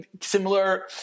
similar